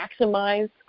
maximize